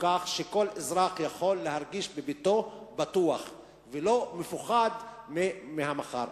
שכל אזרח יוכל להרגיש בביתו בטוח ולא מפוחד מהמחר.